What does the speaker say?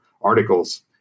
articles